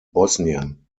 bosnien